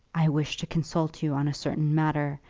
i wish to consult you on a certain matter,